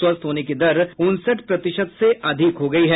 स्वस्थ होने की दर उनसठ प्रतिशत से अधिक हो गई है